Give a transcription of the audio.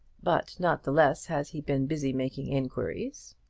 but not the less has he been busy making inquiries.